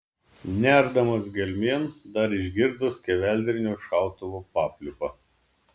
nerdamas gelmėn dar išgirdo skeveldrinio šautuvo papliūpą